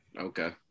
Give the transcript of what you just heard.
Okay